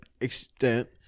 extent